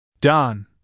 Don